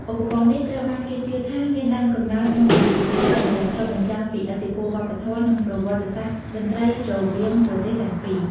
ឧបករណ៍នេះត្រូវបានគេជឿថាមានដើមកំណើតមកពីប្រទេសចិន ដោយឆ្លុះបញ្ចាំងពីឥទ្ធិពលវប្បធម៌ និងប្រវត្តិសាស្ត្រតន្ត្រីរវាងប្រទេសទាំងពីរ។